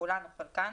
כולן או חלקן,